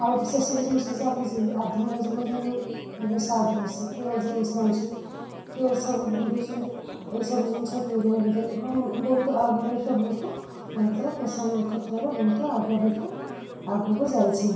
ଆଉ ସେସବୁ ଜିନିଷ ଚାଲୁଛି କି ଆଧୁନିକ ଯୁଗ ନେଇ ଏବେ ସର୍ଟ୍ ଡ୍ରେସ୍ କିଏ ଜିନ୍ସ ପିନ୍ଧୁଛି କିଏ ଏଇସବୁ ପିନ୍ଧୁଛନ୍ତି ଏଇସବୁ ଜିନିଷ ପିନ୍ଧିବା ଭିତରେ ମାନେ ବହୁତ ଆଗ ଅପେକ୍ଷା ବହୁତ ଭାରତରେ ଫେସନ୍ କ୍ଷେତ୍ରରେ ବହୁତ ଆଗ ଅପେକ୍ଷା ଆଗକୁ ଯାଇଛି